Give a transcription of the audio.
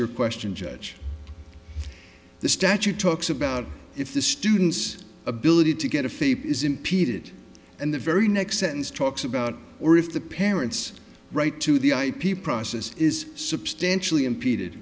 your question judge the statute talks about if the student's ability to get a faith is impeded and the very next sentence talks about or if the parent's right to the ip process is substantially impeded